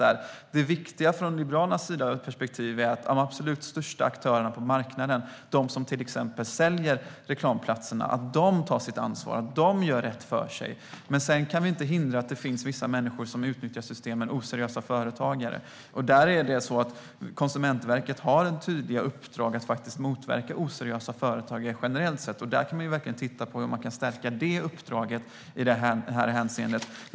Det viktiga ur Liberalernas perspektiv är att de absolut största aktörerna på marknaden, till exempel de som säljer reklamplatserna, tar sitt ansvar och gör rätt för sig. Sedan kan vi inte förhindra att vissa människor, oseriösa företagare, utnyttjar systemen. Konsumentverket har dock tydliga uppdrag att motverka oseriösa företagare generellt sett, och man kan titta på hur man kan stärka det uppdraget i det här hänseendet.